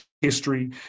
history